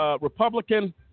Republican